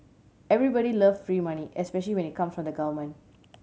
everybody love free money especially when it come from the government